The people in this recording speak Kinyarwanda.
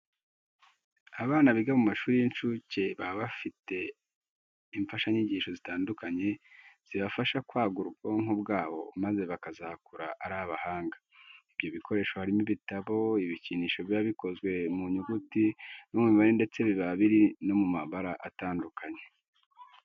Abana biga mu mashuri y'incuke baba bafite imfashanyigisho zitandukanye zibafasha kwagura ubwonko bwabo maze bakazakura ari abahanga. Ibyo bikoresho harimo ibitabo, ibikinisho biba bikozwe mu nyuguti no mu mibare ndetse biba biri no mu mabara atandukanye.